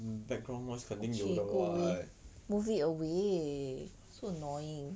okay go away move it away so annoying